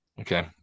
Okay